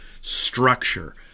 structure